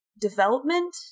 development